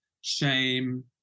shame